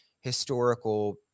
historical